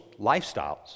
lifestyles